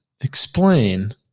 explain